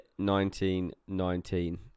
1919